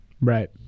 Right